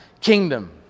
kingdom